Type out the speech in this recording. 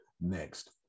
next